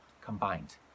combined